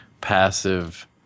passive